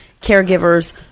caregivers